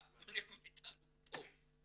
מה איתנו פה?